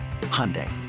Hyundai